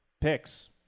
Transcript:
picks